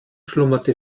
schlummerte